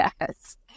yes